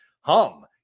hum